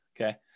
okay